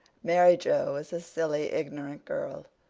mary joe is a silly, ignorant girl,